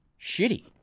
shitty